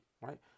right